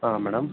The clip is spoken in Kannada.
ಹಾಂ ಮೇಡಮ್